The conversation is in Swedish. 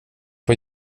var